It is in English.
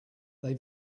they